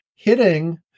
hitting